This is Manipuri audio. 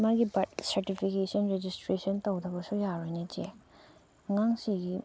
ꯃꯥꯒꯤ ꯕꯥꯔꯠ ꯁꯥꯔꯇꯤꯐꯤꯀꯦꯁꯟ ꯔꯦꯖꯤꯁꯇ꯭ꯔꯦꯁꯟ ꯇꯧꯗꯕꯁꯨ ꯌꯥꯔꯣꯏꯅꯦ ꯆꯦ ꯑꯉꯥꯡꯁꯤꯒꯤ